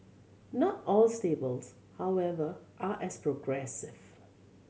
not all stables however are as progressive